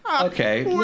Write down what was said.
Okay